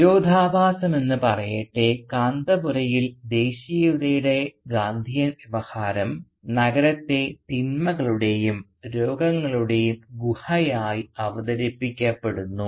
വിരോധാഭാസമെന്നു പറയട്ടെ കാന്തപുരയിൽ ദേശീയതയുടെ ഗാന്ധിയൻ വ്യവഹാരം നഗരത്തെ തിന്മകളുടെയും രോഗങ്ങളുടെയും ഗുഹയായി അവതരിപ്പിക്കപ്പെടുന്നു